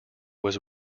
was